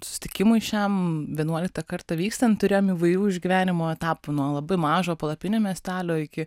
susitikimui šiam vienuoliktą kartą vykstant turėjom įvairių išgyvenimo etapų nuo labai mažo palapinių miestelio iki